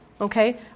okay